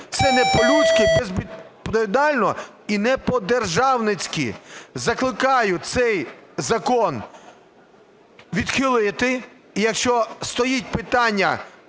це не по-людськи, безвідповідально і не по-державницьки. Закликаю цей закон відхилити. Якщо стоїть питання